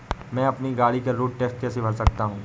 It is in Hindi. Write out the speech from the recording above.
मैं अपनी गाड़ी का रोड टैक्स कैसे भर सकता हूँ?